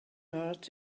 earth